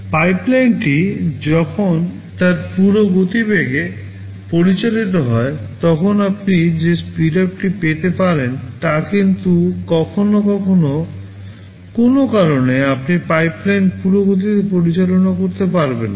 পাইপলাইনটি যখন তার পুরো গতিবেগে পরিচালিত হয় তখন আপনি যে স্পিডআপটি পেতে পারেন তা কিন্তু কখনও কখনও কোনও কারণে আপনি পাইপলাইন পুরো গতিতে পরিচালনা করতে পারবেন না